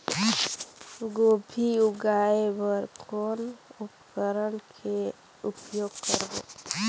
गोभी जगाय बर कौन उपकरण के उपयोग करबो?